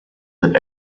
that